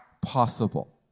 possible